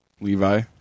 Levi